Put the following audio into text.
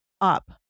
up